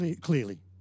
clearly